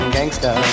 Gangster